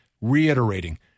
reiterating